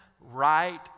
right